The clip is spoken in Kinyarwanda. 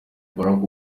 barack